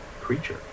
creature